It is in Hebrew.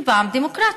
פעם היא דמוקרטית,